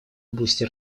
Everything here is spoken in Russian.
области